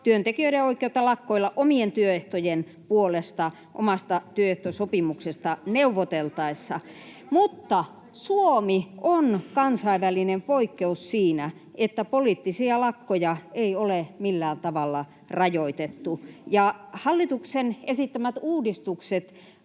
työntekijöiden oikeutta lakkoilla omien työehtojen puolesta omasta työehtosopimuksesta neuvoteltaessa. Mutta Suomi on kansainvälinen poikkeus siinä, että poliittisia lakkoja ei ole millään tavalla rajoitettu, ja hallituksen esittämät uudistukset